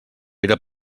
era